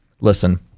listen